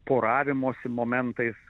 poravimosi momentais